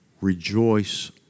Rejoice